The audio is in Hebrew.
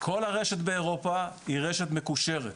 כל הרשת באירופה היא רשת מקושרת,